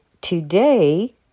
today